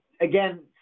again